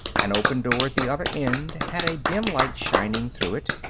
an open door at the other end had a dim light shining through it.